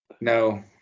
No